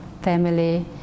family